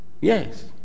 Yes